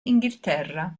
inghilterra